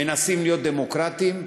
מנסים להיות דמוקרטיים,